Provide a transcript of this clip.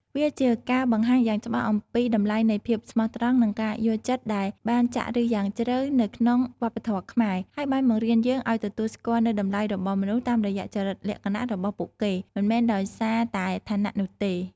វាជាការបង្ហាញយ៉ាងច្បាស់អំពីតម្លៃនៃភាពស្មោះត្រង់និងការយល់ចិត្តដែលបានចាក់ឫសយ៉ាងជ្រៅនៅក្នុងវប្បធម៌ខ្មែរ ហើយបានបង្រៀនយើងឲ្យទទួលស្គាល់នូវតម្លៃរបស់មនុស្សតាមរយៈចរិតលក្ខណៈរបស់ពួកគេ មិនមែនដោយសារតែឋានៈនោះទេ។